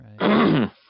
Right